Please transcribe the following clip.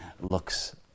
looks